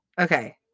okay